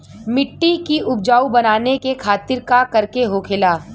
मिट्टी की उपजाऊ बनाने के खातिर का करके होखेला?